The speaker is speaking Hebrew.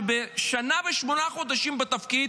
שבשנה ושמונה חודשים בתפקיד